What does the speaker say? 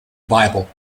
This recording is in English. bible